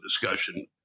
discussion